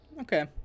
Okay